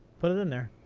put it in there.